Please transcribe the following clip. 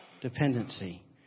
Dependency